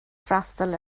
freastal